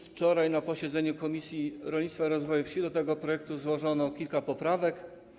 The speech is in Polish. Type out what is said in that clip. Wczoraj na posiedzeniu Komisji Rolnictwa i Rozwoju Wsi do tego projektu złożono kilka poprawek.